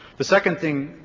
the second thing,